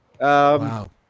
Wow